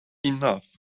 enough